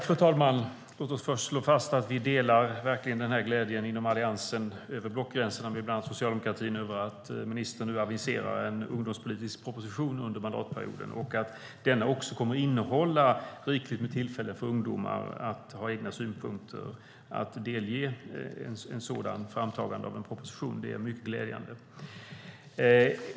Fru talman! Låt mig först slå fast att vi inom Alliansen, över blockgränserna, delar glädjen med bland annat socialdemokratin över att ministern nu aviserar en ungdomspolitisk proposition under mandatperioden och att det också kommer att finnas rikligt med tillfällen för ungdomar att ha egna synpunkter vid framtagandet av propositionen. Det är mycket glädjande.